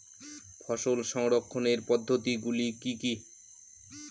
ফসল সংরক্ষণের পদ্ধতিগুলি কি কি?